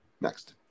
Next